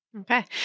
Okay